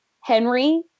Henry